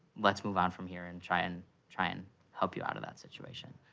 let's move on from here and try and try and help you out of that situation.